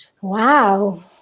Wow